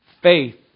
Faith